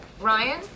ryan